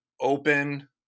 open